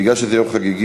מכיוון שזה יום חגיגי,